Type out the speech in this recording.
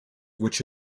which